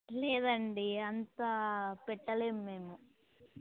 లేదండి అంతా పెట్టలేం మేము